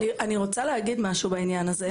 אני רוצה להגיד משהו בעניין הזה.